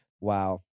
Wow